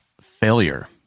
failure